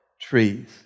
trees